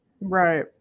Right